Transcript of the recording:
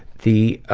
the